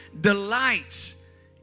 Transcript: delights